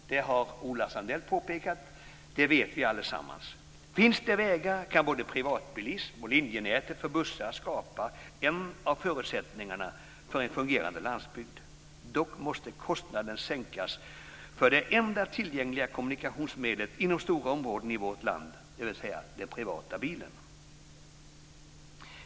Det har Ola Sundell påpekat, och det vet vi allesammans. Finns det vägar kan både privatbilism och linjenät för bussar skapa en av de förutsättningar som krävs för en fungerande landsbygd. Dock måste kostnaden sänkas för det enda tillgängliga kommunikationsmedlet inom stora områden i vårt land, dvs. för den privata bilen.